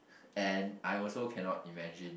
and I also cannot imagine